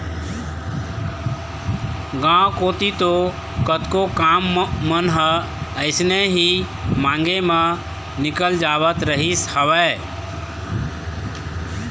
गांव कोती तो कतको काम मन ह अइसने ही मांगे म निकल जावत रहिस हवय